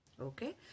Okay